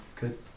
good